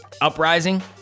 Uprising